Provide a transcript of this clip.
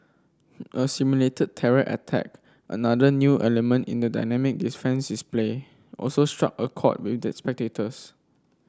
a simulated terror attack another new element in the dynamic play also struck a chord with that spectators